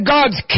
God's